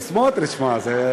סמוטריץ, מה, זה,